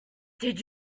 did